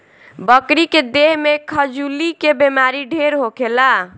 बकरी के देह में खजुली के बेमारी ढेर होखेला